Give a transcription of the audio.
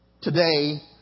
Today